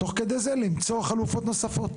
תוך כדי זה, למצוא חלופות נוספות